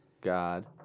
God